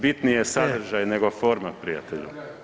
Bitniji je sadržaj, nego forma prijatelju.